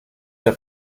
der